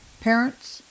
parents